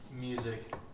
music